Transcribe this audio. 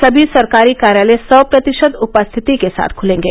सभी सरकारी कार्यालय सौ प्रतिशत उपस्थिति के साथ खुलेंगे